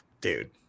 dude